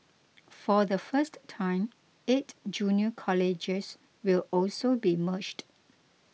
for the first time eight junior colleges will also be merged